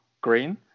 green